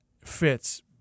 fits